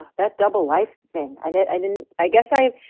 that double life thing i did, i didn't i guess i.